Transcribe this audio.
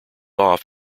off